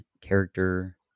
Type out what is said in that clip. character